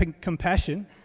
compassion